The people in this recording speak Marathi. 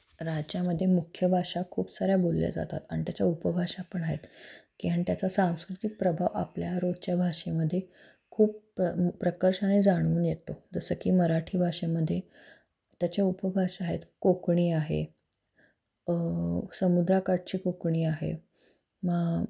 राज्यामध्ये मुख्य भाषा खूप साऱ्या बोलल्या जातात आणि त्याच्या उपभाषा पण आहेत की अन त्याचा सांस्कृतिक प्रभाव आपल्या रोजच्या भाषेमध्ये खूप प्र प्रकर्षाने जाणवून येतो जसं की मराठी भाषेमध्ये त्याच्या उपभाषा आहेत कोकणी आहे समुद्राकाठची कोकणी आहे मग